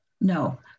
no